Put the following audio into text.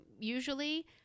usually